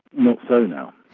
not so now.